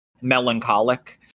melancholic